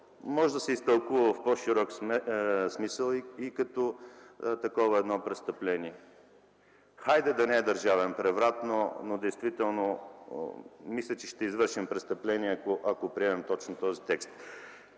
Може да се изтълкува в по-широк смисъл това и като едно такова престъпление. Хайде, да не е държавен преврат, но действително мисля, че ще извършим престъпление, ако приемем точно този текст.